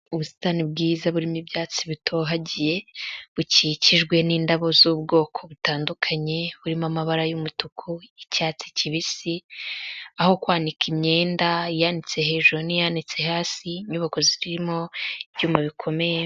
Ubusitani bwiza burimo ibyatsi bitohagiye bukikijwe n'indabo z'ubwoko butandukanye burimo amabara y'umutuku, icyatsi kibisi, aho kwanika imyenda ayanitse hejuru n'iyanitse hasi, inyubako zirimo ibyuma bikomeye.